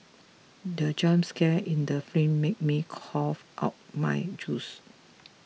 the jump scare in the made me cough out my juice